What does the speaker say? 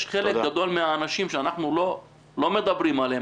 יש חלק גדול מן האנשים שאנחנו לא מדברים עליהם.